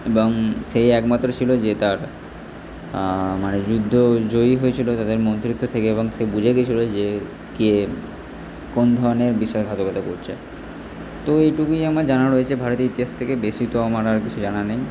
এবং সেই একমাত্র ছিল যে তার মানে যুদ্ধ জয়ী হয়েছিলো তাদের মন্ত্রিত্ব থেকে এবং সে বুঝে গেছিলো যে কে কোন ধরনের বিশ্বাসঘাতকতা করছে তো এটুকুই আমার জানা রয়েছে ভারতের ইতিহাস থেকে বেশি তো আমার আর কিছু জানা নেই